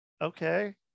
okay